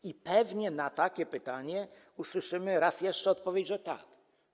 I pewnie na takie pytanie usłyszymy raz jeszcze odpowiedź: tak.